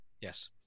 Yes